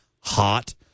Hot